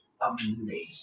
amazing